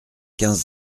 quinze